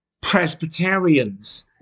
Presbyterians